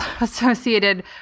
associated